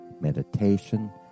meditation